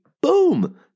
boom